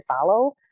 follow